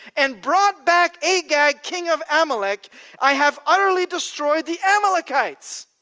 and brought back agag king of amalek i have utterly destroyed the amalekites.